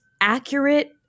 accurate